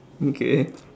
okay